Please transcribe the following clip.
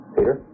Peter